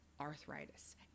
arthritis